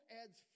adds